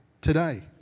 today